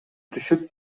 түшүп